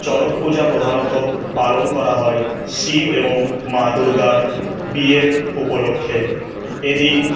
চড়কপূজা প্রধানত পালন করা হয় শিব এবং মা দুর্গার বিয়ের উপলক্ষে এদিন